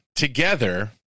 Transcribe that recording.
Together